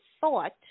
thought